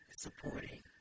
supporting